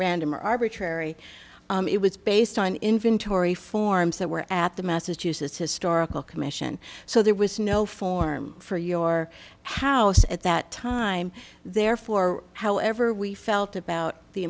random or arbitrary it was based on inventory forms that were at the massachusetts historical commission so there was no form for your house at that time therefore however we felt about the